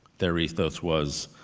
their ethos was,